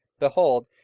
behold,